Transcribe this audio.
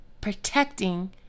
protecting